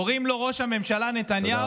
קוראים לו ראש הממשלה נתניהו,